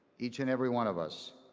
each and every one of us.